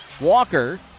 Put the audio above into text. Walker